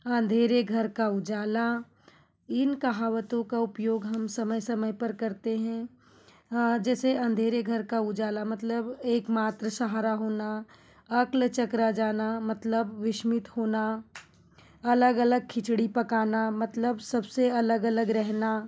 अंधेरे घर का उजाला इन कहावतों का उपयोग हम समय समय पर करते हैं जैसे अंधेरे घर का उजाला मतलब एक मात्र सहारा होना अकल चकरा जाना मतलब विस्मित होना अलग अलग खिचड़ी पकाना मतलब सबसे अलग अलग रहना